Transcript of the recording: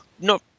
no